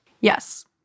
yes